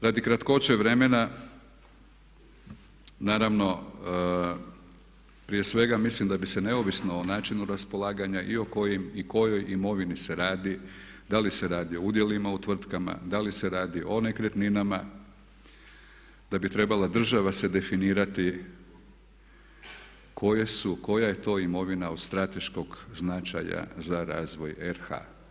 Radi kratkoće vremena naravno prije svega mislim da bi se neovisno o načinu raspolaganja i o kojim i kojoj imovini se radi da li se radi o udjelima u tvrtkama, da li se radi o nekretninama da bi trebala država se definirati koja je to imovina od strateškog značaja za razvoj RH.